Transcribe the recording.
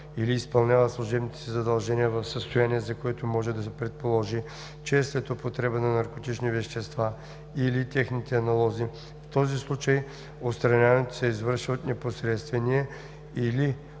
или изпълнява служебните си задължения в състояние, за което може да се предположи, че е след употреба на наркотични вещества или техните аналози; в този случай отстраняването се извършва от непосредствения или по-горестоящия